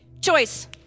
Choice